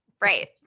Right